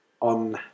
on